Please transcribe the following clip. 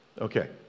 Okay